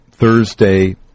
Thursday